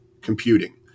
computing